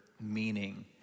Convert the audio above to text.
meaning